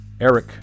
Eric